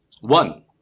One